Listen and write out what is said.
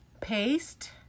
Paste